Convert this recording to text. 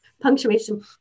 punctuation